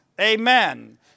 Amen